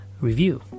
review